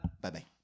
Bye-bye